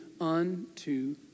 unto